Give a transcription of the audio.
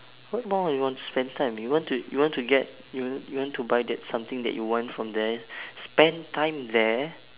what more you want to spend time you want to you want to get you want you want to buy that something that you want from there spend time there